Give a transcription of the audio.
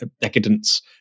decadence